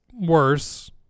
worse